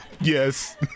Yes